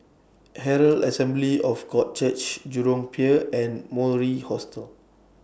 Herald Assembly of God Church Jurong Pier and Mori Hostel